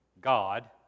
God